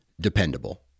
dependable